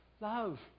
love